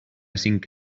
cinc